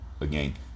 again